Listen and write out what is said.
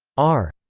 r,